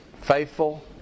faithful